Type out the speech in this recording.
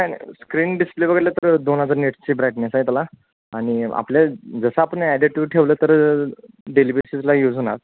काय नाही screen display बघितलं तर दोन हजार नेटची ब्राईटनेस आहे त्याला आणि आपल्या जसं आपण ॲडिटिव्ह ठेवलं तर डेली बेसिसला यूज होणार